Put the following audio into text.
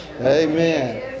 Amen